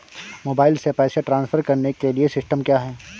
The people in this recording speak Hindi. मोबाइल से पैसे ट्रांसफर करने के लिए सिस्टम क्या है?